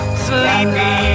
sleepy